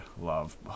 love